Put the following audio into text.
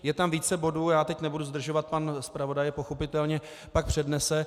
Je tam více bodů, já teď nebudu zdržovat, pan zpravodaj je pochopitelně pak přednese.